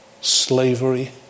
slavery